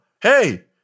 hey